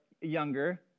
younger